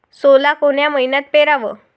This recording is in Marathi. सोला कोन्या मइन्यात पेराव?